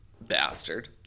bastard